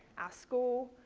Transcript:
ah school,